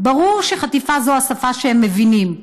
ברור שחטיפה זו השפה שהם מבינים,